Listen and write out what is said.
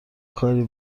کاری